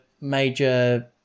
major